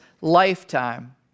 lifetime